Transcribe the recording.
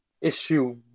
issue